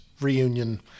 reunion